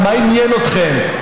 מה עניין אתכם?